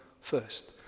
first